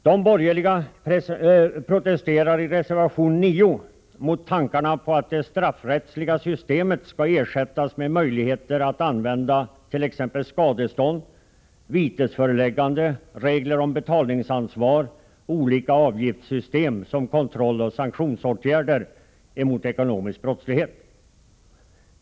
De borgerliga protesterar i reservation 9 mot tankarna på att det straffrättsliga systemet skulle ersättas med möjligheter att använda t.ex. skadestånd, vitesföreläggande, regler om betalningsansvar och olika avgiftssystem som kontrolloch sanktionsåtgärder mot ekonomisk brottslighet.